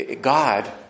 God